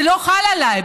זה לא חל עליי.